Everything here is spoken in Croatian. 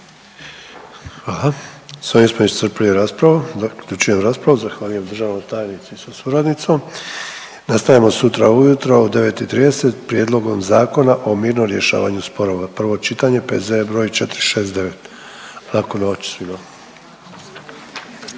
raspravu. Zaključujem raspravu. Zahvaljujem državnoj tajnici sa suradnicom. Nastavljamo sutra u jutro u 9,30 sa Prijedlogom zakona o mirnom rješavanju sporova, prvo čitanje, P.Z. br. 469. Laku noć svima!